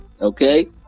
Okay